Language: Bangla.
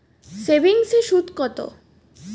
সেভিংসে সুদ কত?